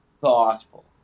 thoughtful